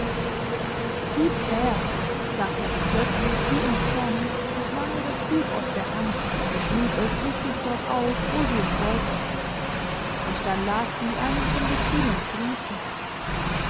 gieb her sagte sie plötzlich wie im zorn und nahm mir das buch aus der hand und schlug es richtig dort auf wo sie es wollte und dann las sie einen von bettinens briefen